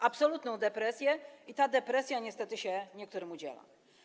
Absolutną depresję i ta depresja niestety się niektórym udziela.